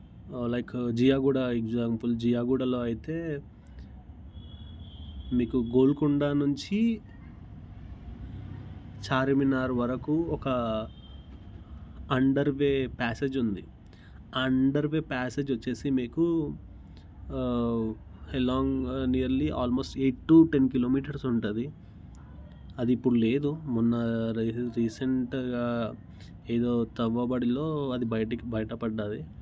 like Jiyaguda example జియాగూడలో అయితే మీకు గోల్కొండ నుంచి చార్మినార్ వరకు ఒక అండర్ వే ప్యాసేజ్ ఉంది ఆ అండర్ వే ప్యాసేజ్ వచ్చేసి మీకు along nearly almost eight to ten kilometres ఉంటుంది అది ఇప్పుడు లేదు మొన్న రీసెంట్గా ఏదో తవ్వబడిలో అది బయట బయటపడింది